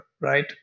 right